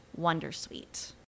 Wondersuite